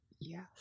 Yes